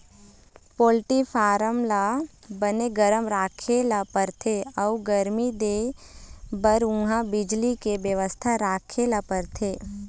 poultry farm ल बने गरम राखे ल परथे अउ गरमी देबर उहां बिजली के बेवस्था राखे ल परथे